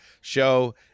show